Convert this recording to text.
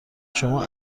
شما